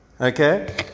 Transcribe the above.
Okay